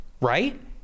Right